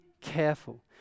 careful